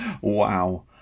Wow